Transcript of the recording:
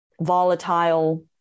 volatile